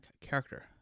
character